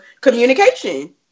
communication